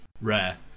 rare